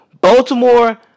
Baltimore